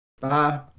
Bye